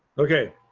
okay.